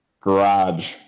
garage